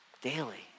daily